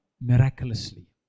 Miraculously